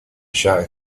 shouted